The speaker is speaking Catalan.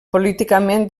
políticament